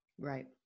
Right